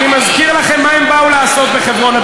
אני מזכיר לכם מה הם באו לעשות בחברון,